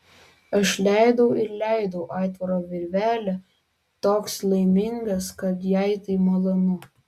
aš leidau ir leidau aitvaro virvelę toks laimingas kad jai tai malonu